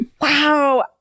wow